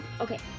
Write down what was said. Okay